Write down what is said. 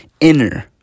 inner